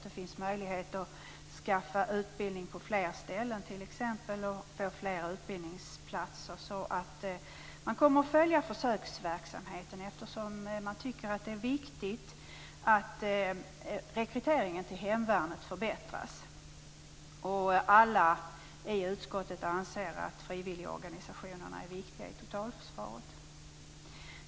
Det finns t.ex. möjlighet att få utbildning på flera ställen. Man kommer att följa försöksverksamheten, eftersom man tycker att det är viktigt att rekryteringen till hemvärnet förbättras. Alla utskottsledamöter anser att frivilligorganisationerna är viktiga i totalförsvaret.